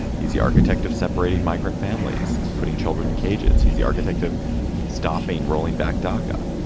he's the architect of separating migrant families and putting children in cages. he's the architect of stopping rolling back daca.